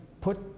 put